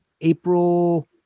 April